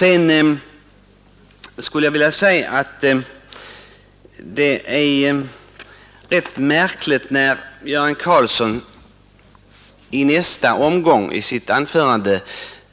Det är rätt märkligt att Göran Karlsson i nästa omgång i sitt anförande